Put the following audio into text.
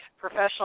professional